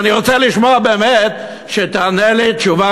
ואני רוצה לשמוע באמת שתענה לי תשובה